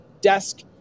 desk